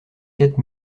quatre